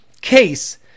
case